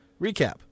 recap